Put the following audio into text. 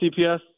CPS